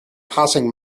passing